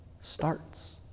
starts